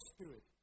Spirit